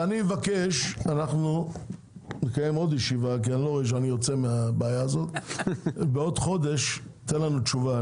אנחנו נקיים עוד ישיבה בנושא ובעוד חודש תיתן לנו תשובה.